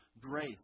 grace